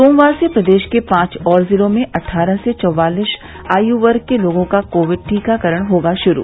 सोमवार से प्रदेश के पांच और जिलों में अट्ठारह से चौवालीस आयु वर्ग के लोगों का कोविड टीकाकरण होगा शुरू